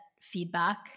feedback